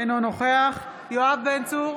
אינו נוכח יואב גלנט,